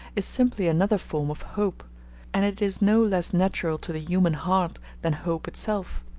is simply another form of hope and it is no less natural to the human heart than hope itself.